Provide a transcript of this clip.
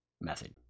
method